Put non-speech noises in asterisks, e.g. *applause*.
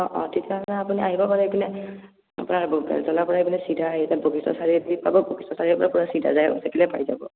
অ' অ' তেতিয়াহ'লে আপুনি আহিব পাৰে কিন্তু আপোনাৰ বেলতলাৰ পৰা এইপিনে চিধা আহি পেলাই *unintelligible* বশিষ্ট চাৰিয়ালিৰ পৰা চিধা যাই থাকিলে পাই যাব